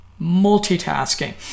multitasking